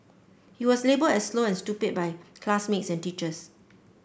he was labelled as slow and stupid by classmates and teachers